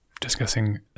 Discussing